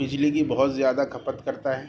بجلی کی بہت زیادہ کھپت کرتا ہے